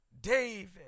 David